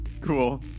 cool